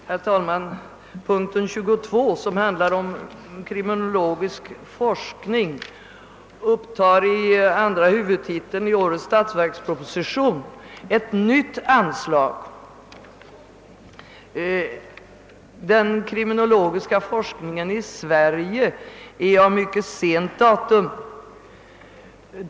Herr talman! För den kriminologiska forskningen, som behandlas i punkt 22, upptas i andra huvudtiteln i årets statsverksproposition ett nytt anslag. Den kriminologiska forskningen i Sverige är av mycket sent datum.